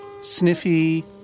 sniffy